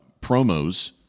promos